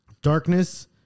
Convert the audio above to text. Darkness